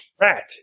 Rat